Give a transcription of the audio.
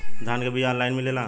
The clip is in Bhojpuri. धान के बिया ऑनलाइन मिलेला?